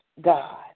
God